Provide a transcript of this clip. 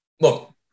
look